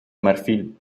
marfil